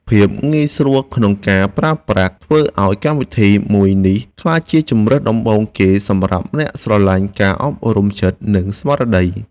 ភាពងាយស្រួលក្នុងការប្រើប្រាស់ធ្វើឱ្យកម្មវិធីមួយនេះក្លាយជាជម្រើសដំបូងគេសម្រាប់អ្នកស្រឡាញ់ការអប់រំចិត្ត និង ស្មារតី។